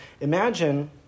imagine